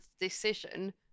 decision